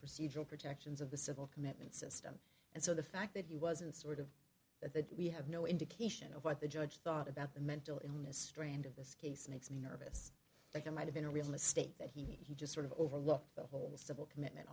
procedural protections of the civil commitment system and so the fact that he wasn't sort of that that we have no indication of what the judge thought about the mental illness strand of this case makes me nervous that i might have been a real mistake that he just sort of overlooked the whole civil commitment